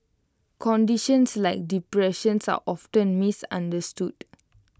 conditions like depressions are often misunderstood